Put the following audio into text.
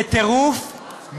לטירוף,